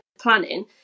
planning